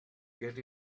get